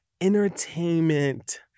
entertainment